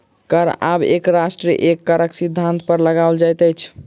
कर आब एक राष्ट्र एक करक सिद्धान्त पर लगाओल जाइत अछि